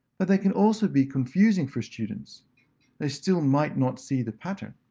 but they can also be confusing for students they still might not see the pattern.